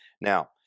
Now